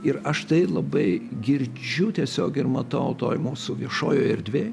ir aš tai labai girdžiu tiesiog ir matau toj mūsų viešojoj erdvėj